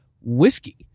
whiskey